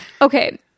Okay